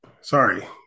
sorry